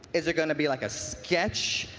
is it going to be like a sketch?